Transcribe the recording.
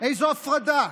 איזו הפרדה?